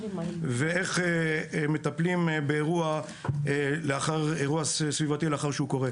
ואיך מטפלים באירוע סביבתי לאחר שהוא קורה.